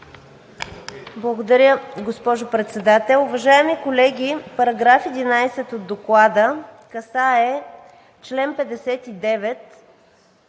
Благодаря, госпожо Председател. Уважаеми колеги, § 11 от Доклада касае чл. 59